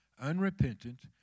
unrepentant